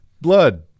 blood